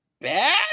bad